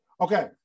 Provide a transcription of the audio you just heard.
Okay